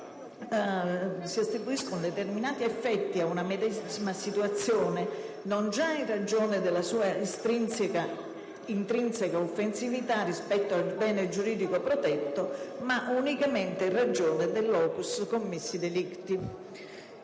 si attribuiscono determinati effetti penali ad una medesima situazione non già in ragione della sua intrinseca offensività rispetto al bene giuridico protetto, ma unicamente in ragione del *locus commissi delicti*.